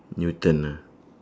newton ah